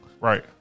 Right